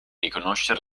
riconoscer